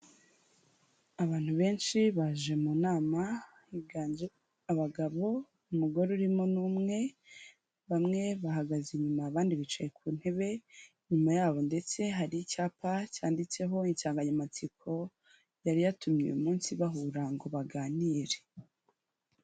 Abantu benshi baje mu nama higanjemo abagabo umugore urimo ni umwe bamwe bahagaze inyuma abandi bicaye ku ntebe, inyuma yabo ndetse hari icyapa cyanditseho insanganyamatsiko yari yatumye uyu munsi bahura ngo baganire.